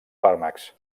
fàrmacs